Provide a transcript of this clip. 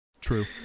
True